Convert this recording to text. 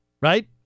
right